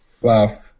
Wow